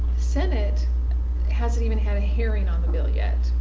senate hasn't even had a hearing on the bill yet.